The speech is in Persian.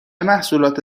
محصولات